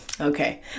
Okay